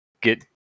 Get